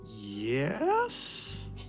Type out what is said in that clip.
Yes